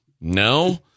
No